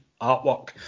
artwork